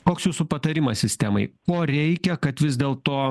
koks jūsų patarimas sistemai ko reikia kad vis dėlto